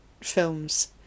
films